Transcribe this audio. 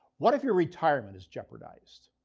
what if your retirement is jeopardized?